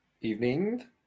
Evening